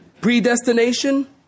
predestination